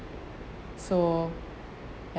so